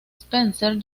spencer